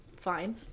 Fine